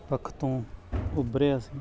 ਪੱਖ ਤੋਂ ਉਭਰਿਆ ਸੀ